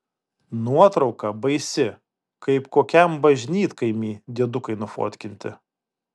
nuotrauka baisi kaip kokiam bažnytkaimy diedukai nufotkinti